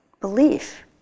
belief